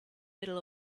middle